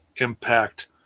Impact